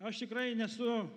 aš tikrai nesu